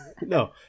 No